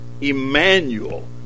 Emmanuel